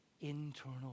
internal